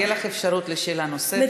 תהיה לך אפשרות לשאלה נוספת,